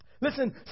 Listen